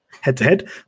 head-to-head